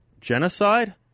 Genocide